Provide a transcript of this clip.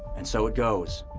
and so it goes,